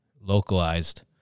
localized